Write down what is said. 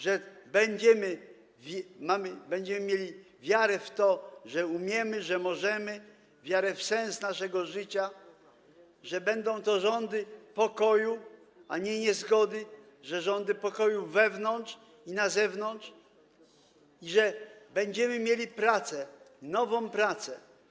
Że będziemy mieli wiarę w to, że umiemy, że możemy, wiarę w sens naszego życia, że będą to rządy pokoju, a nie niezgody, rządy pokoju wewnątrz i na zewnątrz i że będziemy mieli pracę, nową pracę.